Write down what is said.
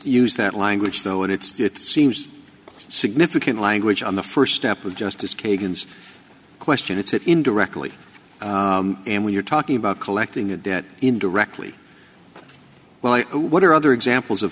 use that language though and it's it seems significant language on the first step of justice kagan's question it's it in directly and when you're talking about collecting the debt indirectly well what are other examples of